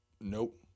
nope